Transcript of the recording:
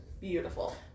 beautiful